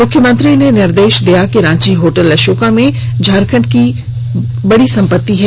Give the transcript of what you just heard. मुख्यमंत्री ने निर्देश दिया था कि रांची होटल अशोका झारखंड की बड़ी सपत्ति है